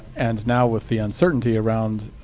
and now, with the uncertainty around